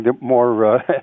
more